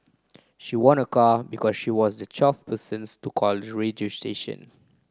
she won a car because she was the twelfth persons to call the radio station